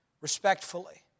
respectfully